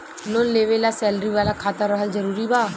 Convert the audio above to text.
Loan लेवे ला salary वाला खाता रहल जरूरी बा?